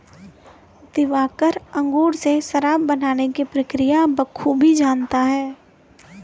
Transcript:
दिवाकर अंगूर से शराब बनाने की प्रक्रिया बखूबी जानता है